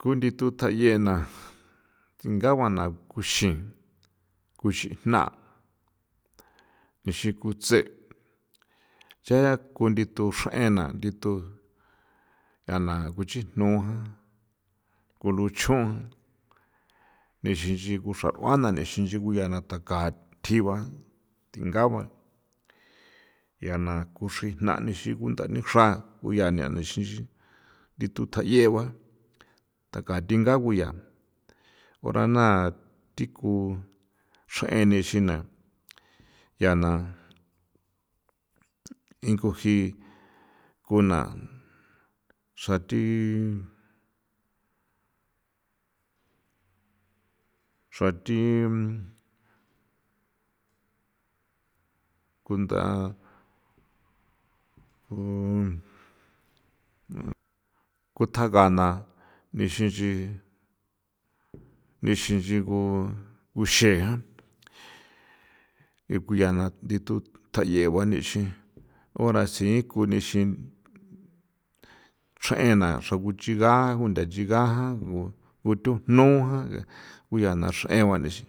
Kunthithutja yee na tsjingaguana kuxin kuxijna ixin kutse ncha kunithuxrena nditu yia la kuchjinu kuluchon nixinxi koxarꞌuana ni xinchi cuyiana taká tjiba tingagua, yiana kuxijná nixi kundanixrá nixin nchi, ndithu tayiégua taká tingaguya ora na ti ku xeꞌeni xina yiana injgu ji ku na xati xati kunda ku tjagana nixi inchi nixi nchi ku kuxe y kuyiana nditu tjayiegua ndayagua nixi ora siin kunixi chreꞌena xra kuchiga ku nda chiga jꞌan kutujnoo jan kuyiana xeꞌeguan nixi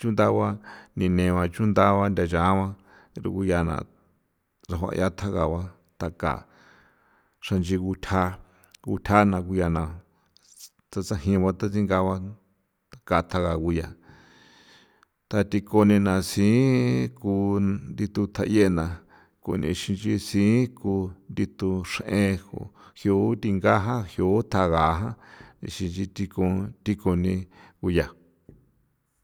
chundagua nineguan chundaguan ndayaaguan rujuyana rafuayia tjagagua taka xranchi gutja gutjana guyiana tasajinguan tatsingaguan guyia taan tikoni na siin ku nditu tayie na kuoꞌnixinchi siin ku nditu xeꞌen jiuo tingajan jiuo taga̱jan xinchi ti koon ti kooni kuyia.